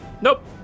Nope